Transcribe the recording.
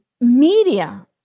media